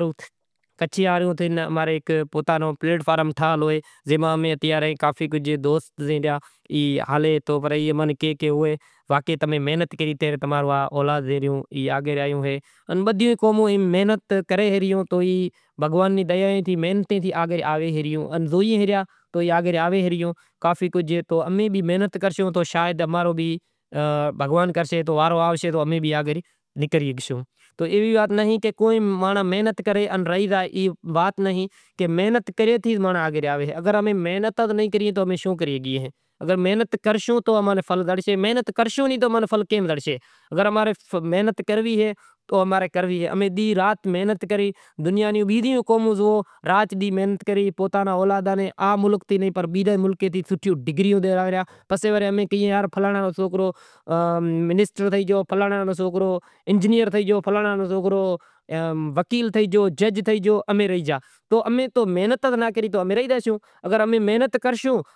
رو ہیک پلیٹ فارم تھائیل ہوئے جو امیں کافی کجھ دوست ہالیں پیا او کہے ریا ایں کہ واقعی تمیں آگر آئے راشو۔ تمیں بھی محنت کرشو تو تماں رو وارو آوشت تو تمیں بھی آگر نیکرے شگشو تو ایوی وات نہیں کہ کو مانڑاں محنت کرے ان رہی زائے ای وات نہیں، محنت کریئے آگر آوے۔ اگر امیں محنت نہیں کراں توں شوں کری شگاں۔ محنت کرشوں تو ماں نیں پھل زڑشے اگر محنت کرشوں نہیں تو اماں ناں پھل کے ماں زڑشے؟ وکیل تھے گیو جج تھےگیو امیں رہی جیا تو امیں تو محنت ناں کری تو امیں رہی زاشوں۔